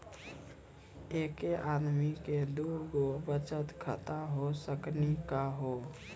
एके आदमी के दू गो बचत खाता हो सकनी का हो?